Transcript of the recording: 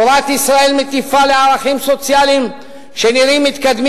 תורת ישראל מטיפה לערכים סוציאליים שנראים מתקדמים